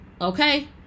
Okay